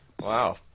Wow